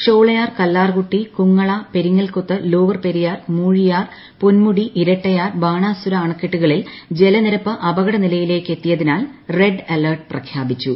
Sholayar Kallarkutty Kundala Peringalkuthu lower Periyar Moozhiyar Ponmudi Irattayar Banasura അണക്കെട്ടുകളിൽ ജലനിരപ്പ് അപകട നിലയിലേക്ക് എത്തിയതിനാൽ റെഡ് അലർട്ട് പ്രഖ്യാപിച്ചു